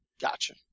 Gotcha